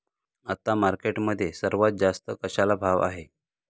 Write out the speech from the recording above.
आता मार्केटमध्ये सर्वात जास्त कशाला भाव आहे?